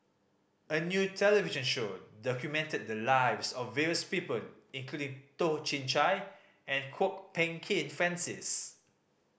a new television show documented the lives of various people including Toh Chin Chye and Kwok Peng Kin Francis